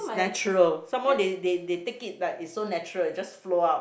ya true some more they they they take it like so natural just flow out